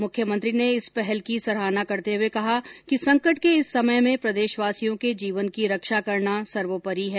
मुख्यमंत्री ने इस पहल की सराहना करते हए कहा कि संकट के इस समय में प्रदेशवासियों के जीवन की रक्षा करना सर्वोपरी है